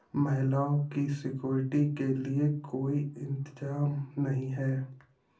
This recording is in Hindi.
महिलाओं की सिक्योरिटी के लिए कोई इंतजाम नहीं है